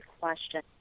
question